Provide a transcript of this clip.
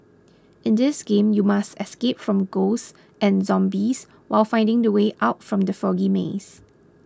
in this game you must escape from ghosts and zombies while finding the way out from the foggy maze